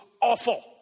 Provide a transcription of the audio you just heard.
awful